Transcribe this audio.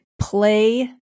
play